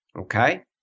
Okay